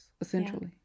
essentially